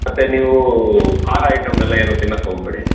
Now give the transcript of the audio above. ಮತ್ತೆ ನೀವು ಖಾರ ಐಟಮ್ ಎಲ್ಲ ಏನು ತಿನ್ನೋಕ್ ಹೋಗಬೇಡಿ